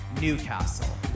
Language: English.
Newcastle